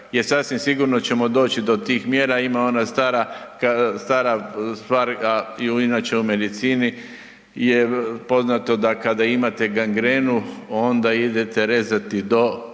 sasvim sigurno ćemo doći do tih mjera, ima ona stara kada, stara stvar, a inače u medicini je poznato da kada imate gangrenu onda idete rezati do